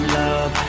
love